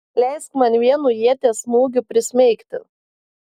leisk man vienu ieties smūgiu prismeigti